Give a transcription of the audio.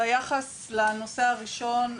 ביחס לנושא הראשון,